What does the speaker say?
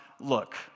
look